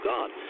God